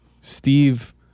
Steve